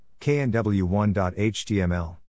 KNW1.HTML